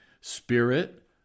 spirit